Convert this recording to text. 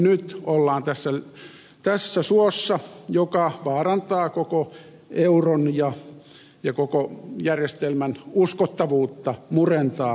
nyt ollaan tässä suossa joka vaarantaa koko euron ja murentaa koko järjestelmän uskottavuutta vakavalla tavalla